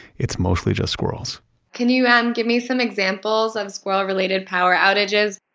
it's mostly just squirrels can you and give me some examples of squirrel-related power outages?